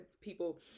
people